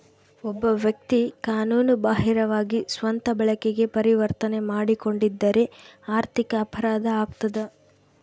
ಒಬ್ಬ ವ್ಯಕ್ತಿ ಕಾನೂನು ಬಾಹಿರವಾಗಿ ಸ್ವಂತ ಬಳಕೆಗೆ ಪರಿವರ್ತನೆ ಮಾಡಿಕೊಂಡಿದ್ದರೆ ಆರ್ಥಿಕ ಅಪರಾಧ ಆಗ್ತದ